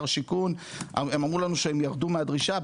השיכון הם אמרו לנו שהם ירדו מהדרישה,